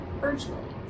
virtually